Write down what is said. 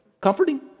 Comforting